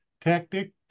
tactic